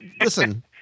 listen